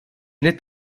net